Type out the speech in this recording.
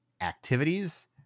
activities